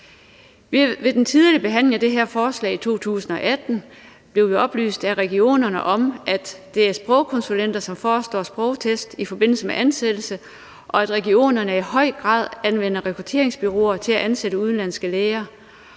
Ved den tidligere behandling af det her forslag i 2018 blev vi oplyst af regionerne om, at det er sprogkonsulenter, som forestår sprogtest i forbindelse med ansættelse, at regionerne i høj grad anvender rekrutteringsbureauer til at ansætte udenlandske læger,